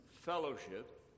fellowship